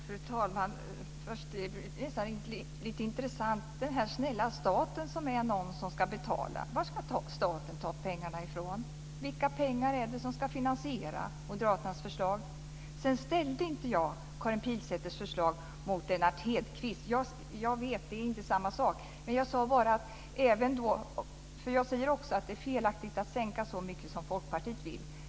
Fru talman! Nu blev det nästan lite intressant. Men varifrån ska snälla staten, som så att säga är någon som ska betala, ta pengarna? Vilka pengar är det som ska finansiera moderaternas förslag? Jag ställde inte Karin Pilsäters förslag mot Lennart Hedquists - jag vet att det inte är samma sak. Jag säger också att det är felaktigt att sänka så mycket som Folkpartiet vill.